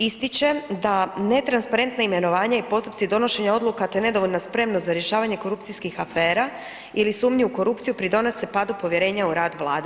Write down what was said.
Ističem da netransparentna imenovanja i postupci donošenja odluka te nedovoljna spremnost za rješavanje korupcijskih afera ili sumnji u korupciju pridonose padu povjerenja u rad Vlada.